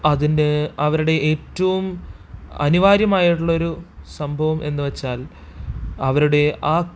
അതിൻ്റെ അവരുടെ ഏറ്റവും അനിവാര്യമായിട്ടുള്ളൊരു സംഭവം എന്നു വച്ചാൽ അവരുടെ ആ